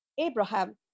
Abraham